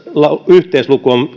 yhteisluku on